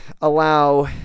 allow